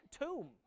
tomb